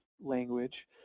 language